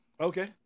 Okay